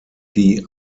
die